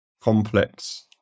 complex